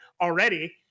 already